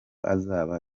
azaba